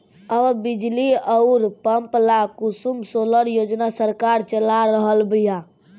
अब बिजली अउर पंप ला कुसुम सोलर योजना सरकार चला रहल बिया